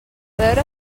veure